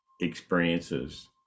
experiences